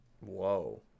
Whoa